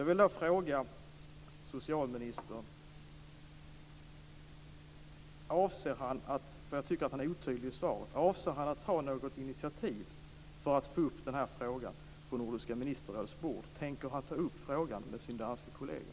Jag tycker att socialministern är otydlig i svaret. Därför vill jag fråga om han avser att ta något initiativ för att få upp den här frågan på Nordiska ministerrådets bord. Tänker socialministern ta upp frågan med sin danska kollega?